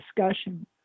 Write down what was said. discussion